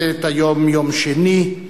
היום, יום שני,